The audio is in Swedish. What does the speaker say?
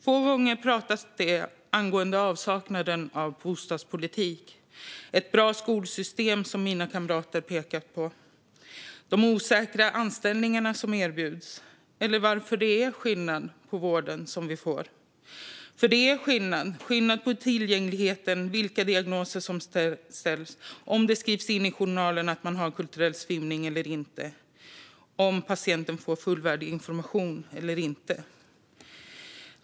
Få gånger pratas det om avsaknaden av bostadspolitik, ett bra skolsystem som mina kamrater pekar på, de osäkra anställningarna som erbjuds eller varför det är skillnad på vården som vi får, för det är skillnad. Det är skillnad på tillgängligheten, på vilka diagnoser som ställs, om det skrivs in i journalen att man har kulturell svimning eller inte och om patienten får fullvärdig information eller inte.